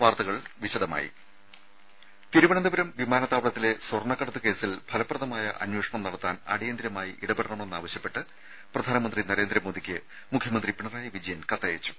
വാർത്തകൾ വിശദമായി തിരുവനന്തപുരം വിമാനത്താവളത്തിലെ സ്വർണ്ണക്കടത്ത് കേസിൽ ഫലപ്രദമായ അന്വേഷണം നടത്താൻ അടിയന്തരമായി ഇടപെടണമെന്നാവശ്യപ്പെട്ട് പ്രധാനമന്ത്രി നരേന്ദ്രമോദിക്ക് മുഖ്യമന്ത്രി പിണറായി വിജയൻ കത്തയച്ചു